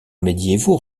médiévaux